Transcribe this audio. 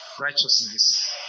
righteousness